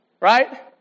Right